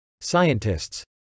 Scientists